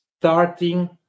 starting